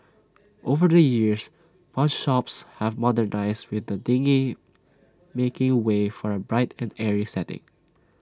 over the years pawnshops have modernised with the dingy making way for A bright and airy setting